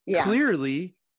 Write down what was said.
clearly